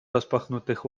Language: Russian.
распахнутых